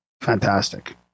Fantastic